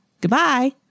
Goodbye